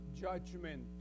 judgment